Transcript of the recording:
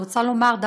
ואני רוצה לומר,